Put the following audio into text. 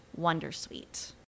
wondersuite